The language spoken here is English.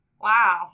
wow